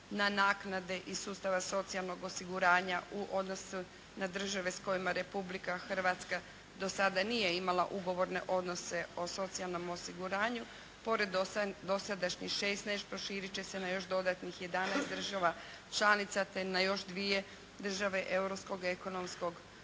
na naknade iz sustava socijalnog osiguranja u odnosu na države s kojima Republika Hrvatska do sada nije imala ugovorne odnose o socijalnom osiguranju. Pored dosadašnjih 16 proširit će se na još dodatnih 11 država članica, te na još dvije države